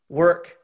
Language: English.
work